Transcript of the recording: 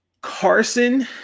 carson